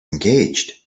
engaged